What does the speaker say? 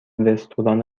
رستوران